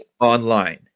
online